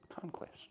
Conquest